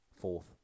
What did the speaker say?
Fourth